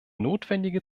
notwendige